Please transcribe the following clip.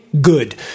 Good